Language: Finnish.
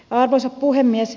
arvoisa puhemies